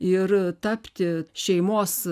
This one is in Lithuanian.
ir tapti šeimos